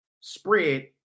spread